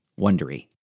Wondery